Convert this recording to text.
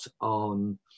on